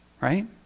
Right